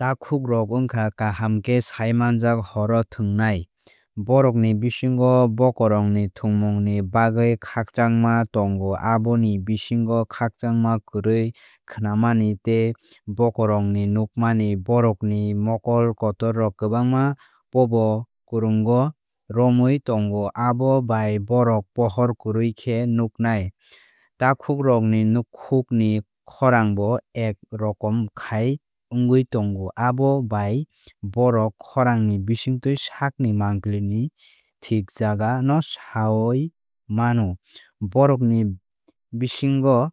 Takhok rok wngkha kaham khe saimanjak horo thwngnai. Bohrokni bisingo bokorongi thwngmungni bagwi khakchangma tongo aboni bisingo khakchangma kwrwi khnamani tei bokorongi nukmani. Bórokni mokol kotorrok kwbángma pobokorongo romwi tongo abo bai bórok pohor kwrwi khe nuknai. Takhok rokni nwkhukni khorangbo ek rokom khai wngwi tongo. Abo bai bohrok khorang ni bisingtwi sakni mangpili ni thik jaga no sawui mano. Bórokni bisingo